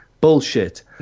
Bullshit